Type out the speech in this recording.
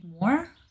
more